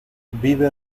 vive